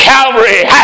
Calvary